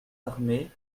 armée